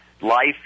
life